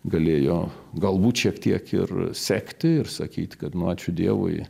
galėjo galbūt šiek tiek ir sekti ir sakyt kad nu ačiū dievui